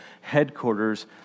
headquarters